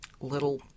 little